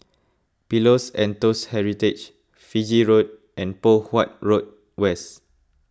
Pillows and Toast Heritage Fiji Road and Poh Huat Road West